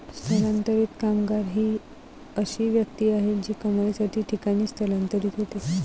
स्थलांतरित कामगार ही अशी व्यक्ती आहे जी कमाईसाठी ठिकाणी स्थलांतरित होते